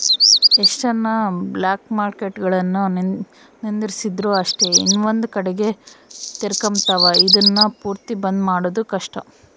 ಎಷ್ಟನ ಬ್ಲಾಕ್ಮಾರ್ಕೆಟ್ಗುಳುನ್ನ ನಿಂದಿರ್ಸಿದ್ರು ಅಷ್ಟೇ ಇನವಂದ್ ಕಡಿಗೆ ತೆರಕಂಬ್ತಾವ, ಇದುನ್ನ ಪೂರ್ತಿ ಬಂದ್ ಮಾಡೋದು ಕಷ್ಟ